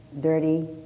dirty